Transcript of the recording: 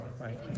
right